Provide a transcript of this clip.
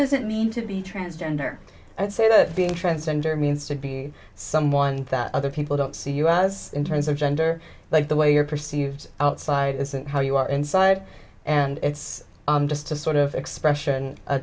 does it mean to be transgender and say that being transgender means to be someone that other people don't see you as in terms of gender like the way you're perceived outside isn't how you are inside and it's just a sort of expression